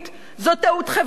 זאת טעות חברתית,